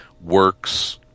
works